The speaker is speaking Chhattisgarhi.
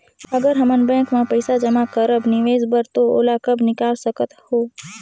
अगर हमन बैंक म पइसा जमा करब निवेश बर तो ओला कब निकाल सकत हो?